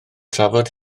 trafod